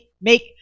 make